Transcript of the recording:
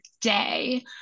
day